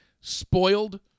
spoiled